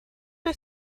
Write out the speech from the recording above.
wyt